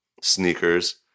sneakers